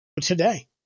today